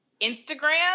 Instagram